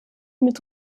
mit